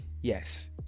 Yes